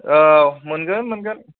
औ मोनगोन मोनगोन